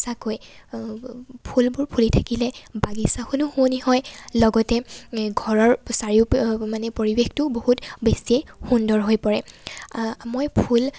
সচাঁকৈ ফুলবোৰ ফুলি থাকিলে বাগিচাখনো শুৱনি হয় লগতে ঘৰৰ চাৰিও মানে পৰিৱেশটোও বহুত বেছিয়ে সুন্দৰ হৈ পৰে মই ফুল